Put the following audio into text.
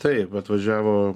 taip atvažiavo